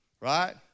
Right